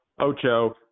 Ocho